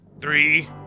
Three